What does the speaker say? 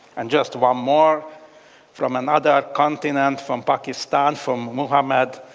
and just one more from another continent, from pakistan, from muhammad.